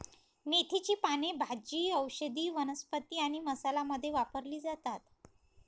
मेथीची पाने भाजी, औषधी वनस्पती आणि मसाला मध्ये वापरली जातात